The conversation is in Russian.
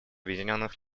объединенных